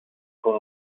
con